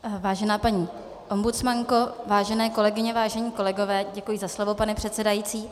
Vážená paní ombudsmanko, vážené kolegyně, vážení kolegové, děkuji za slovo, předsedající.